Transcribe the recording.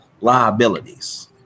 liabilities